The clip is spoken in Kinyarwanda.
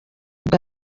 bwa